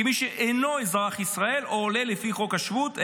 כמי שאינו אזרח ישראל או עולה לפי חוק השבות,